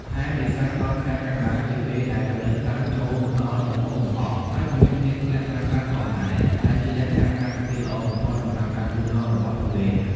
ខែមេសាដល់ខែកក្កដាជាពេលដែលរដូវក្តៅចូលមកដល់ដំបូងបង្អស់ ហើយក៏មានភ្លៀងធ្លាក់ខ្លះៗផងដែរ ដែលជាលក្ខខណ្ឌអាកាសធាតុល្អបំផុតសម្រាប់ការលូតលាស់របស់ទុរេន។